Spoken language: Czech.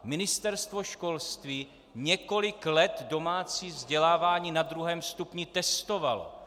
Ministerstvo školství několik let domácí vzdělávání na druhém stupni testovalo.